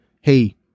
hey